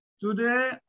today